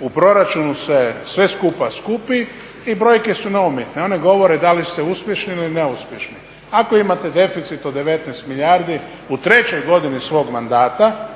u proračunu se sve skupa skupi i brojke su …/Govornik se ne razumije./… one govore da li ste uspješni ili neuspješni. Ako imate deficit od 19 milijardi u trećoj godini svog mandata